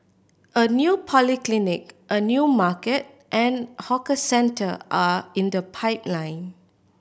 a new polyclinic a new market and hawker centre are in the pipeline